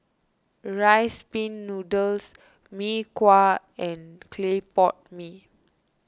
Rice Pin Noodles Mee Kuah and Clay Pot Mee